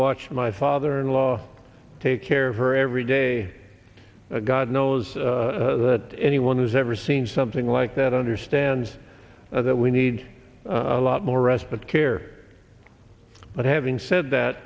watched my father in law take care of her every day god knows that anyone who's ever seen something like that understands that we need a lot more respite care but having said that